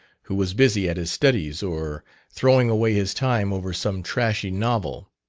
who was busy at his studies, or throwing away his time over some trashy novel,